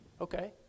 Okay